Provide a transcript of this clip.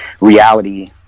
reality